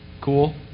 cool